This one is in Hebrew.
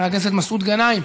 חבר הכנסת מסעוד גנאים,